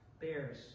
bears